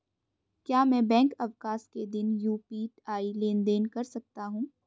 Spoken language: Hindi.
क्या मैं बैंक अवकाश के दिन यू.पी.आई लेनदेन कर सकता हूँ?